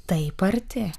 taip arti